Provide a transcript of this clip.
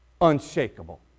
unshakable